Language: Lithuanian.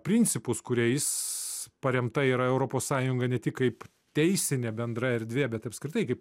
principus kuriais paremta yra europos sąjunga ne tik kaip teisinė bendra erdvė bet apskritai kaip